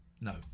No